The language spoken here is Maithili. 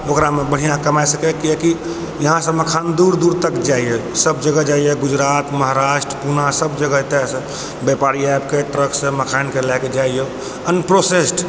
ओकरा मे बढ़िऑं कमा सकैए किएकि इहाँसँ मखान दूर दूर तक जाइया सभ जगह जाइया गुजरात महाराष्ट्र पूना सभ जगह एतऽसँ ब्यापारी आबि कऽ ट्रकसँ मखान के लए कऽ जाइया अन्प्रोसेस्ड